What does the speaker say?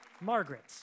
Margaret